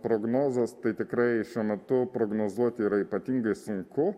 prognozes tai tikrai šiuo metu prognozuoti yra ypatingai sunku